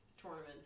tournament